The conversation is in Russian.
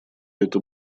это